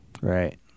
Right